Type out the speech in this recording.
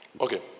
Okay